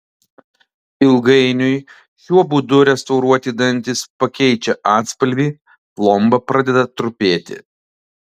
ilgainiui šiuo būdu restauruoti dantys pakeičia atspalvį plomba pradeda trupėti